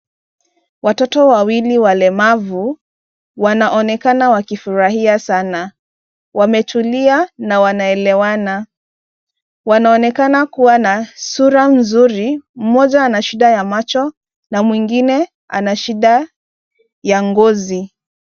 Watoto wawili walemavu, wanaonekana wakifurahia sana. Wametulia na wana elewana, wanaonekana kuwa na sura nzuri ,mmoja ana shida ya macho na mwingine ana shida ya ngozi.